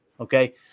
Okay